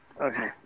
Okay